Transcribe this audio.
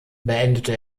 beendete